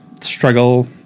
struggle